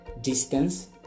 distance